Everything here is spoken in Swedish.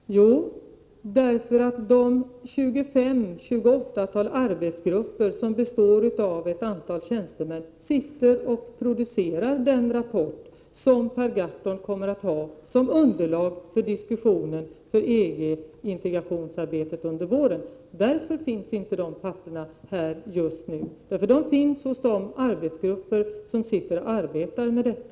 Fru talman! Jo, därför att de 25 å 28 arbetsgrupper som består av ett antal tjänstemän sitter och producerar den rapport som Per Gahrton kommer att ha som underlag för diskussionen om EG-integrationsarbetet under våren. Därför finns inte de papperen här just nu. De finns hos de arbetsgrupper som arbetar med detta.